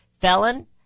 Felon